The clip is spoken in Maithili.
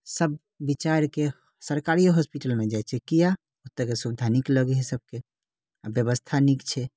सब विचारिके सरकारीये हॉस्पिटलमे जाइ छै किया ओतऽ के सुविधा नीक लगै हैय सबकेँ आओर व्यवस्था नीक छै